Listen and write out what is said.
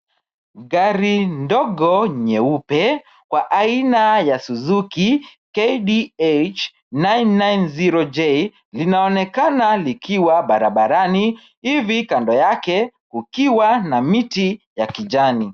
Gari ndogo nyeupe kwa aina ya Suzuki KDH 990J linaonekana likiwa barabarani hivi kando yake, ukiwa na miti ya kijani.